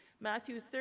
Matthew